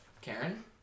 Karen